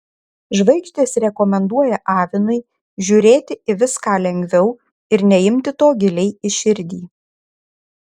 žvaigždės rekomenduoja avinui žiūrėti į viską lengviau ir neimti to giliai į širdį